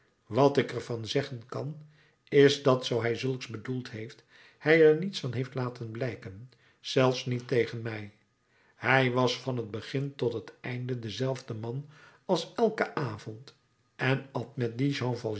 wat ik er van zeggen kan is dat zoo hij zulks bedoeld heeft hij er niets van heeft laten blijken zelfs niet tegen mij hij was van t begin tot het einde dezelfde man als elken avond en at met dien